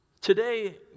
Today